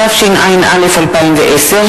התשע”א 2010,